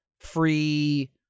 free